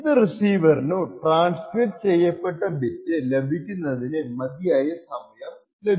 ഇത് റിസീവറിനു ട്രാൻസ്മിറ്റ് ചെയ്യപ്പെട്ട ബിറ്റ് ലഭിക്കുന്നതിന് മതിയായ സമയം ഉണ്ട്